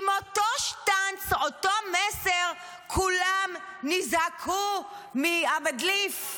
עם אותו שטנץ, אותו מסר, כולם נזעקו מהמדליף.